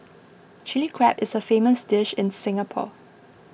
Chilli Crab is a famous dish in Singapore